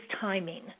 timing